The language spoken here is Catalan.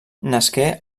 nasqué